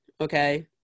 Okay